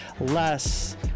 less